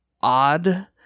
odd